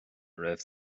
raibh